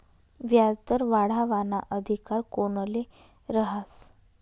व्याजदर वाढावाना अधिकार कोनले रहास?